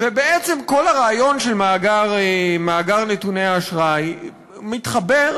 ובעצם כל הרעיון של מאגר נתוני האשראי מתחבר,